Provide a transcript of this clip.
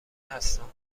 هستند